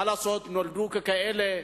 מה לעשות: נולדו כאלה,